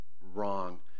wrong